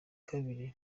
kabiri